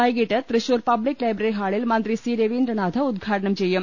വൈകീട്ട് Thrissur public library ഹാളിൽ മന്ത്രി സി രവീന്ദ്രനാഥ് ഉദ്ഘാടനം ചെയ്യും